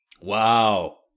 Wow